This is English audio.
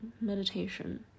meditation